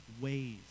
ways